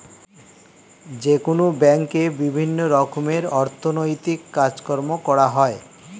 যেকোনো ব্যাঙ্কে বিভিন্ন রকমের অর্থনৈতিক কাজকর্ম করা হয়